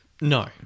No